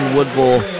Woodville